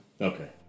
Okay